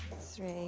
Three